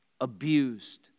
abused